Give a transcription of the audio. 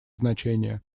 значение